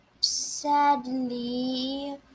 Sadly